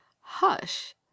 Hush